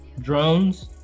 Drones